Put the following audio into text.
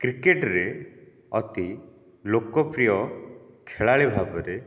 କ୍ରିକେଟରେ ଅତି ଲୋକପ୍ରିୟ ଖେଳାଳି ଭାବରେ